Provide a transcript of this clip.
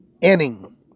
inning